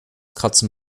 kratzen